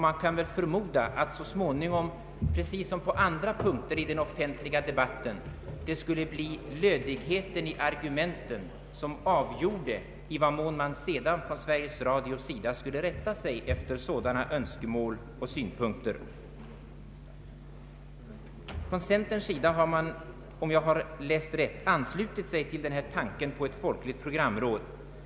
Man kan förmoda att det så småningom, precis som på andra områden i den offentliga debatten, skulle bli lödigheten i argumenten som avgjorde i vad mån man sedan från Sveriges Radios sida skulle rätta sig efter sådana önskemål och synpunkter. Centern har — om jag har läst rätt — anslutit sig till tanken på ett folkligt programråd.